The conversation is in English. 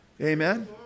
Amen